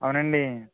అవునండీ